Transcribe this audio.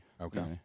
Okay